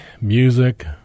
Music